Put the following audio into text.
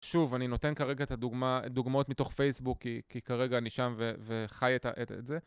שוב, אני נותן כרגע את הדוגמאות מתוך פייסבוק כי כרגע אני שם וחי את זה.